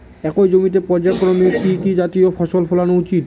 একই জমিতে পর্যায়ক্রমে কি কি জাতীয় ফসল ফলানো উচিৎ?